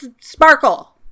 sparkle